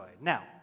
Now